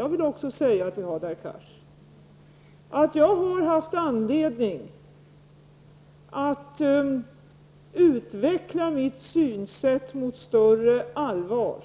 Jag vill också säga till Hadar Cars att jag har haft anledning att utveckla mitt synsätt mot större allvar